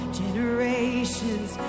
generations